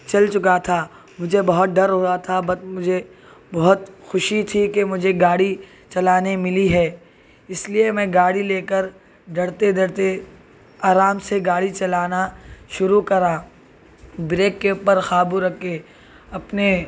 چل چکا تھا مجھے بہت ڈر ہو رہا تھا بت مجھے بہت خوشی تھی کہ مجھے گاڑی چلانے ملی ہے اس لیے میں گاڑی لے کر ڈرتے ڈرتے آرام سے گاڑی چلانا شروع کرا بریک کے اوپر قابو رکھ کے اپنے